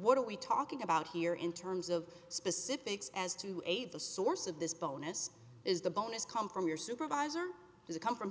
what are we talking about here in terms of specifics as to aid the source of this bonus is the bonus come from your supervisor does it come from